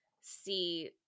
see